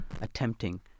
attempting